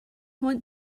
want